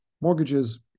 mortgages